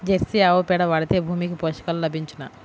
Jersey ఆవు పేడ వాడితే భూమికి పోషకాలు లభించునా?